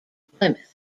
plymouth